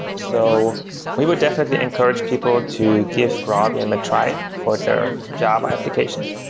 so we would definitely encourage people to give graalvm um a try for their java applications.